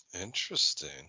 interesting